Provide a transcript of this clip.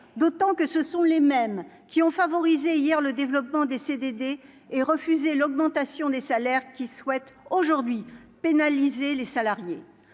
d'autant que ce sont les mêmes qui ont favorisé hier le développement des CDD et refuser l'augmentation des salaires qui souhaitent aujourd'hui pénaliser les salariés